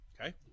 Okay